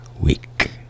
week